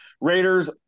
Raiders